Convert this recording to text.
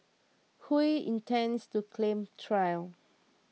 Hui intends to claim trial